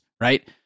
right